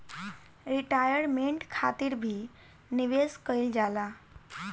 retirement खातिर भी निवेश कईल जाला